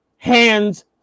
Hands